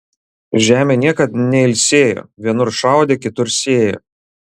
žemė niekad neilsėjo vienur šaudė kitur sėjo